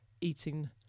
eating